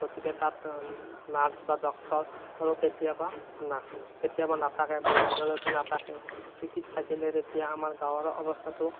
গতিকে তাত নাৰ্চ বা ডক্টৰৰো কেতিয়াবা কেতিয়াবা নাথাকে বহুত দিনলৈকে নাথাকে চুটিত থাকিলে তেতিয়া আমাৰ গাঁৱৰ অৱস্থাটো